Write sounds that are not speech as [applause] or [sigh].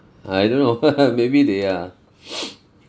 I don't know [laughs] maybe they are [breath]